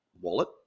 wallet